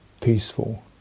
peaceful